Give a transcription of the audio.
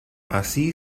así